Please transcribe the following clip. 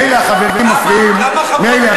מילא החברים מפריעים, מילא.